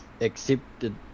accepted